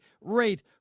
rate